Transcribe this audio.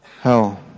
hell